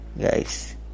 guys